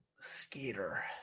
Skater